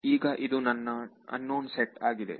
ಈಗ ಇದು ನನ್ನ ಅನ್ನೊನ್ ಸೆಟ್ ಆಗಿದೆ